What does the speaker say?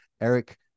Eric